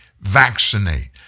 vaccinate